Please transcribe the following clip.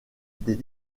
des